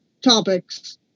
topics